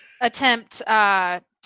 Attempt